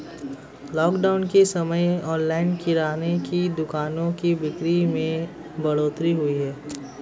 lockdown के समय online किराने की दुकानों की बिक्री में बढ़ोतरी हुई है